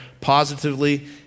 positively